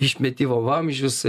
išmetimo vamzdžius